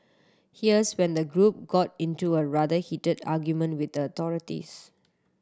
here's when the group got into a rather heated argument with the authorities